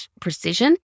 precision